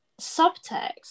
subtext